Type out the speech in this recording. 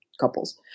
couples